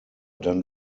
dann